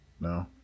no